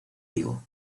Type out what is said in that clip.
vigo